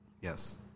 Yes